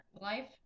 life